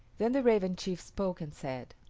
then the raven chief spoke and said,